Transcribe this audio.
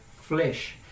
flesh